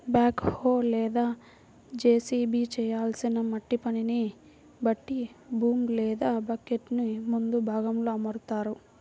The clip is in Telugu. బ్యాక్ హో లేదా జేసిబి చేయాల్సిన మట్టి పనిని బట్టి బూమ్ లేదా బకెట్టుని ముందు భాగంలో అమరుత్తారు